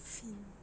feel